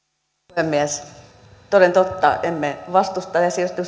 puhemies toden totta emme vastusta esitystä